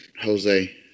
Jose